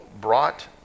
brought